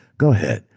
go ahead,